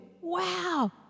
Wow